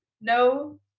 no